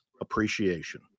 appreciation